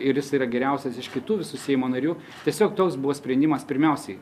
ir jis yra geriausias iš kitų visų seimo narių tiesiog toks buvo sprendimas pirmiausiai